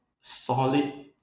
solid